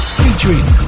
featuring